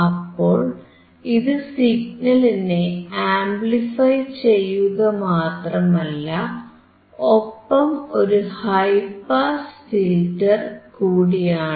അപ്പോൾ ഇത് സിഗ്നലിനെ ആംപ്ലിഫൈ ചെയ്യുക മാത്രമല്ല ഒപ്പം ഒരു ഹൈ പാസ് ഫിൽറ്റർ കൂടിയാണ്